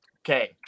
okay